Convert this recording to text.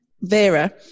Vera